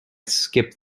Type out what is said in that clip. skip